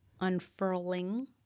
unfurling